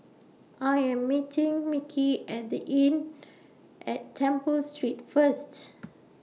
I Am meeting Micky At The Inn At Temple Street First